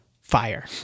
fire